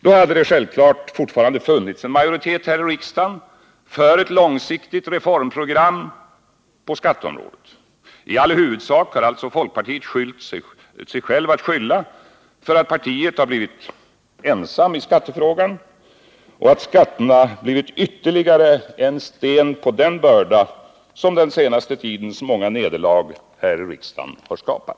Då hade det självfallet fortfarande funnits en majoritet här i riksdagen för ett långsiktigt reformprogram på skatteområdet. I all huvudsak har alltså folkpartiet sig självt att skylla för att partiet blivit ensamt i skattefrågan och för att skatterna blivit ytterligare en sten på den börda som den senaste tidens många nederlag här i riksdagen har skapat.